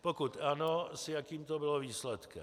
Pokud ano, s jakým to bylo výsledkem.